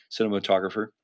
cinematographer